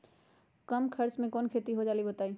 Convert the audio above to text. कम खर्च म कौन खेती हो जलई बताई?